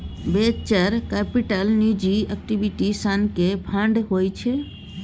venture capital निजी equity सनक fund होइ छै